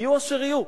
יהיו אשר יהיו.